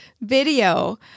video